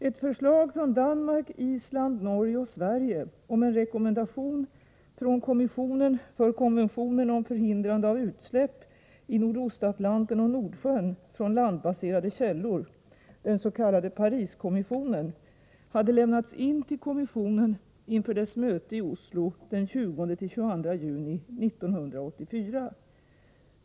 Ett förslag från Danmark, Island, Norge och Sverige om en rekommendation från kommissionen för konventionen om förhindrande av utsläpp i Nordostatlanten och Nordsjön från landbaserade källor hade lämnats in till kommissionen inför dess möte i Oslo den 20-22 juni 1984.